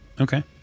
Okay